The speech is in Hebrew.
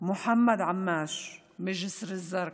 מוחמד עמאש מג'יסר א-זרקא,